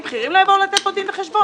בכירים לא יבואו לתת פה דין וחשבון?